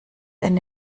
eine